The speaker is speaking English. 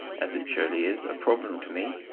as it surely is, a problem to me,